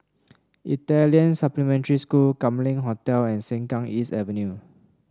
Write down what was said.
Italian Supplementary School Kam Leng Hotel and Sengkang East Avenue